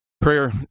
prayer